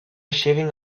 shaving